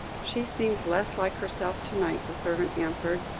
she seems less like herself to-night, the servant answered,